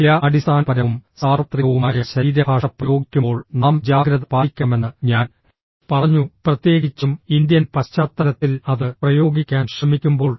ചില അടിസ്ഥാനപരവും സാർവത്രികവുമായ ശരീരഭാഷ പ്രയോഗിക്കുമ്പോൾ നാം ജാഗ്രത പാലിക്കണമെന്ന് ഞാൻ പറഞ്ഞു പ്രത്യേകിച്ചും ഇന്ത്യൻ പശ്ചാത്തലത്തിൽ അത് പ്രയോഗിക്കാൻ ശ്രമിക്കുമ്പോൾ